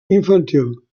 infantil